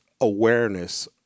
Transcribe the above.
awareness